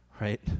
right